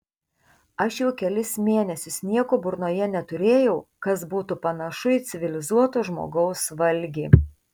aš jau kelis mėnesius nieko burnoje neturėjau kas būtų panašu į civilizuoto žmogaus valgį